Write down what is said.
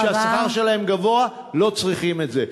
בחוץ והשכר שלהם גבוה, לא צריכים את זה.